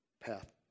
path